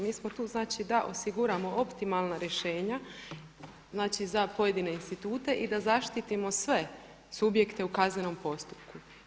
Mi smo tu znači da osiguramo optimalna rješenja, znači za pojedine institute i da zaštitimo sve subjekte u kaznenom postupku.